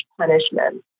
punishment